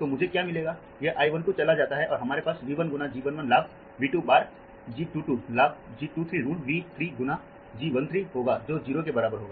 तो मुझे क्या मिलेगायह I12 चला जाता है और हमारे पास V 1 गुना G 1 1 लाभ V 2 बार G 2 2 लाभ G 2 3 ऋण V 3 गुना G 1 3 होगा जो 0 के बराबर होगा